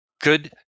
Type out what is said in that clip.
Good